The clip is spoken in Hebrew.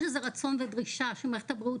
אותו ילד עם צרכים מיוחדים שלא יכול להגיע לרופא שלו,